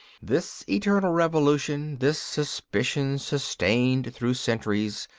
this eternal revolution, this suspicion sustained through centuries,